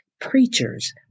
preachers